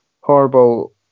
Horrible